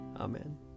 Amen